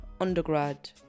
undergrad